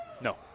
No